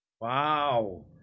Wow